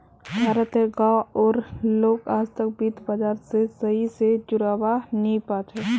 भारत तेर गांव उर लोग आजतक वित्त बाजार से सही से जुड़ा वा नहीं पा छे